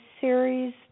series